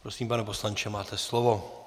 Prosím, pane poslanče, máte slovo.